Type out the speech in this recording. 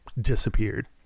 Disappeared